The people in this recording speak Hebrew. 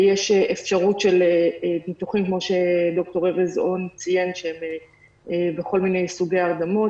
יש אפשרות של ניתוחים שהם בכל מיני סוגי הרדמות,